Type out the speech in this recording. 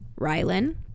Rylan